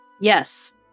Yes